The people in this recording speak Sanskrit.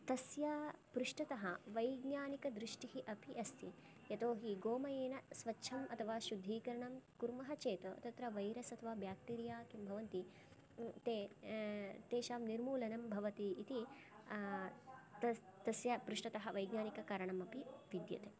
तस्य पृष्ठतः वैज्ञानिकदृष्टिः अपि अस्ति यतोहि गोमयेन स्वच्छम् अथवा शुद्धीकरणं कुर्मः चेत् तत्र वैरस् अथवा बेक्टेरिया किं भवन्ति ते तेषां निर्मूलनं भवति इति तस्य पृष्ठतः वयं वैज्ञानिककारणम् अपि विद्यते